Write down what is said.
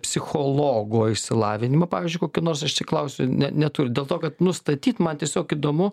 psichologo išsilavinimą pavyzdžiui kokį nors aš tik klausiu ne neturit dėl to kad nustatyt man tiesiog įdomu